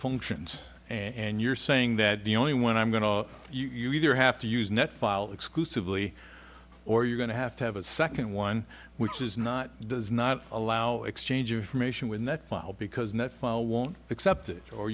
functions and you're saying that the only when i'm going to you either have to use net file exclusively or you're going to have to have a second one which is not does not allow exchange of information when that file because not file won't accept it or